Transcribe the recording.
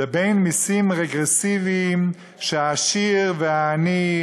לבין מסים רגרסיביים שהעשיר והעני,